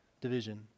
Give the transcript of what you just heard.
division